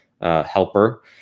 helper